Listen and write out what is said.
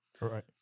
Right